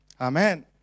Amen